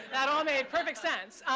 that all made perfect sense.